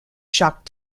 shock